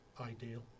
ideal